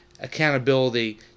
accountability